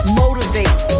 motivate